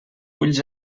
ulls